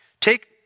Take